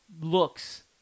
looks